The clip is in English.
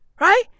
right